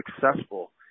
successful